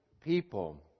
people